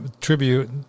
tribute